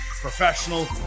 professional